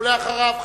ולאחריו,